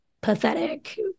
pathetic